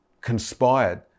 conspired